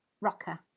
Rocker